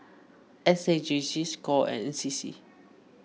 S A J C Score and N C C